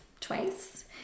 twice